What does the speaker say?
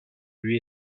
lui